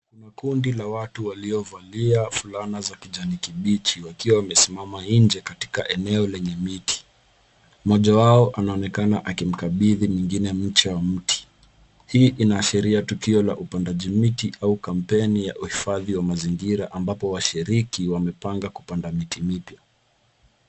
Kuna kundi la watu waliovalia fulana za kijani kibichi, wakiwa wamesimama inje katika eneo lenye miti. Mmoja wao anaonekana akimkabithi mwingine mche wa mti. Hii inaashiria tukio la upandaji miti au kampeni ya uhifadhi wa mazingira ambapo washiriki wamepanga kupanda miti mipya.